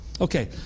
Okay